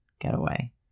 getaway